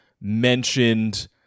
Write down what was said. mentioned